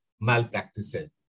malpractices